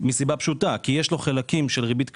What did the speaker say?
מכיוון שיש לו חלקים של ריבית קבועה,